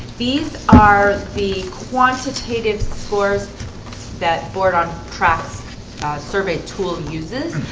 these are the quantitative scores that board on trucks survey tool uses.